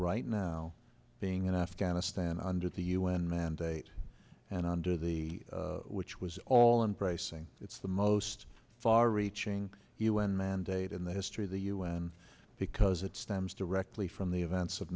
right now being in afghanistan under the u n mandate and under the which was all in pricing it's the most far reaching u n mandate in the history of the u n because it stems directly from the events of